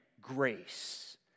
grace